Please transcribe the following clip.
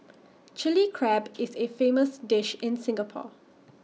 Chilli Crab is A famous dish in Singapore